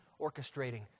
Orchestrating